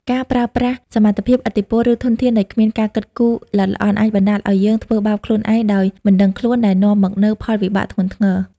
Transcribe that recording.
ការប្រើប្រាស់សមត្ថភាព ឥទ្ធិពល ឬធនធានដោយគ្មានការគិតគូរល្អិតល្អន់ អាចបណ្ដាលឲ្យយើងធ្វើបាបខ្លួនឯងដោយមិនដឹងខ្លួន ដែលនាំមកនូវផលវិបាកធ្ងន់ធ្ងរ។